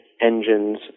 engines